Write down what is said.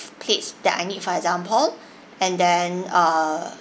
plates that I need for example and then uh